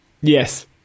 Yes